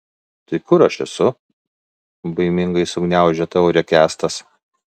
tai kur aš esu baimingai sugniaužė taurę kęstas